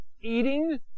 Eating